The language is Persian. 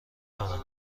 دارم